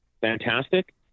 fantastic